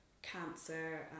cancer